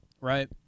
Right